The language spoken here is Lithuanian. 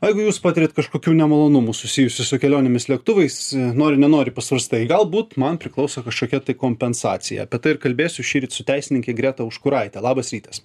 o jeigu jūs patiriat kažkokių nemalonumų susijusių su kelionėmis lėktuvais nori nenori pasvarstai galbūt man priklauso kažkokia kompensacija apie tai ir kalbėsiu šįryt su teisininke greta užkuraite labas rytas